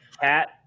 Cat